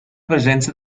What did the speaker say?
presenza